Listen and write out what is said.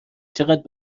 چقد